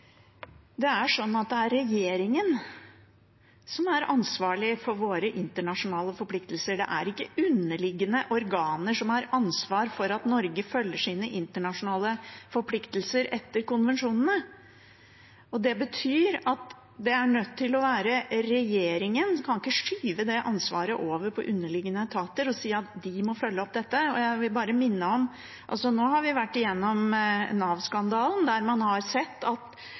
Det er regjeringen som er ansvarlig for våre internasjonale forpliktelser. Det er ikke underliggende organer som har ansvaret for at Norge følger sine internasjonale forpliktelser etter konvensjonene. Det betyr at det er nødt til å være regjeringen. Man kan ikke skyve det ansvaret over på underliggende etater og si at de må følge opp dette. Jeg vil minne om at nå har vi vært gjennom Nav-skandalen, der man har sett at